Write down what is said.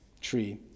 tree